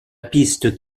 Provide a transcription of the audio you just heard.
piste